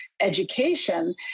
education